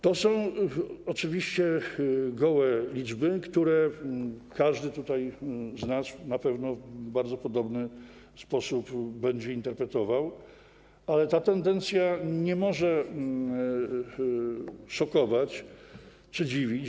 To są oczywiście gołe liczby, które każdy z nas tutaj na pewno w bardzo podobny sposób będzie interpretował, ale ta tendencja nie może szokować czy dziwić.